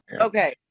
okay